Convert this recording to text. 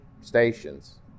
stations